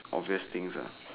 obvious things lah